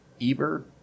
Eber